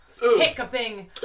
Hiccuping